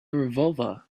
revolver